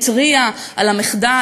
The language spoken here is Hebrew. התריעה על המחדל,